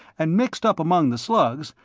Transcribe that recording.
and mixed up among the slugs,